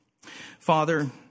Father